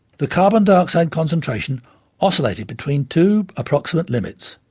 the carbon dioxide concentration oscillated between two approximate limits,